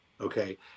Okay